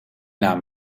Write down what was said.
naam